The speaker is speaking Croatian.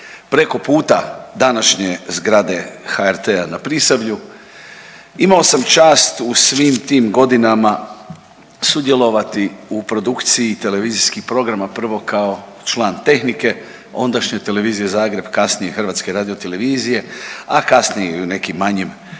preko puta današnje zgrade HRT-a na Prisavlju. Imao sam čast u svim tim godinama sudjelovati u produkciji televizijskih programa prvo kao član tehnike ondašnje Televizije Zagreb, kasnije HRT-a, a kasnije i u nekim manjim